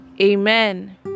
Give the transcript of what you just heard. amen